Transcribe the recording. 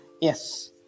yes